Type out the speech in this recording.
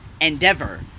Endeavor